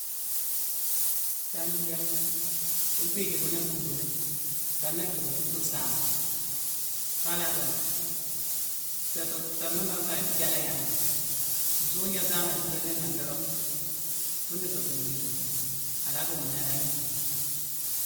Talinjalma, fu dhiji kune na kumbuni, kan na dokutune fu saama, fala rumtu. Fé-fé-fé-me-me fé jaléyamay malé. Nsuugna same abiranni nangh dorongh, funa fé fu gnitima, ala bunghuni, ala gni.